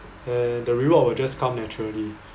uh the reward will just come naturally